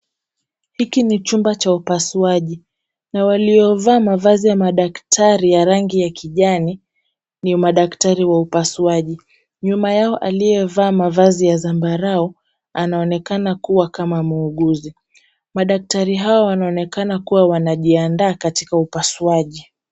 Hiki ni chumba cha upasuaji na waliovaa mavazi ya madaktari ya kijani, ni madaktari wa upasuaji. Nyuma yao aliyevaa mavazi ya zambarau, anaonekana kuwa kama muuguzi. Madaktari hawa wanaonekana kuwa wanajiandaa katika upasuaji.